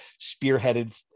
spearheaded